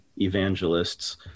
evangelists